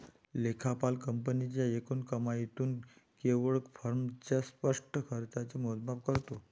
लेखापाल कंपनीच्या एकूण कमाईतून केवळ फर्मच्या स्पष्ट खर्चाचे मोजमाप करतो